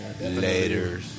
Later